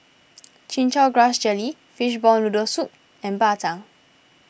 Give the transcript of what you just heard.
Chin Chow Grass Jelly Fishball Noodle Soup and Bak Chang